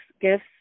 gifts